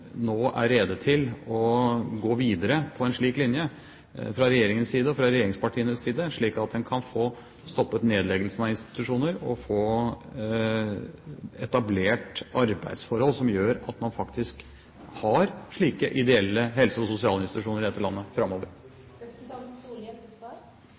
nå er rede til å gå videre på en slik linje fra regjeringens side og fra regjeringspartienes side, slik at en kan få stoppet nedleggelsen av institusjoner og få etablert arbeidsforhold som gjør at man faktisk har slike ideelle helse- og sosialinstitusjoner i dette landet